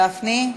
גפני?